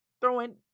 throwing